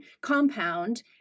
compound